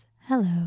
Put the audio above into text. hello